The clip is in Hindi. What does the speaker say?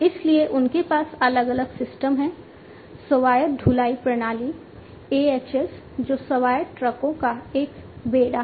इसलिए उनके पास अलग अलग सिस्टम हैं स्वायत्त ढुलाई प्रणाली AHS जो स्वायत्त ट्रकों का एक बेड़ा है